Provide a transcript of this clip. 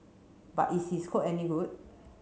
but is his code any good